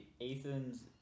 ethan's